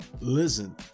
Listen